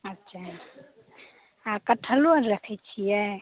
अच्छा आओर कटहलो आर रखैत छियै